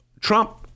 Trump